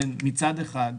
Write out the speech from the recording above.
מצד אחד,